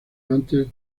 antes